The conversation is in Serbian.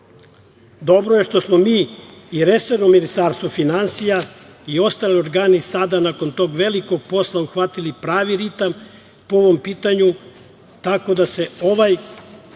je što smo mi i resorno Ministarstvo finansija i ostali organi sada nakon tog velikog posla uhvatili pravi ritam po ovom pitanju tako da se ovaj